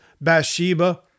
Bathsheba